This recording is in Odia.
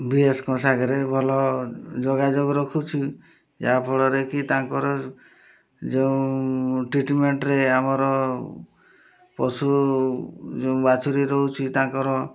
ଭିଏସ୍ଙ୍କ ସାଙ୍ଗରେ ଭଲ ଯୋଗାଯୋଗ ରଖୁଛି ଯାହାଫଳରେ କି ତାଙ୍କର ଯେଉଁ ଟ୍ରିଟମେଣ୍ଟରେ ଆମର ପଶୁ ଯେଉଁ ବାଛୁରୀ ରହୁଛି ତାଙ୍କର